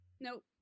Nope